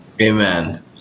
Amen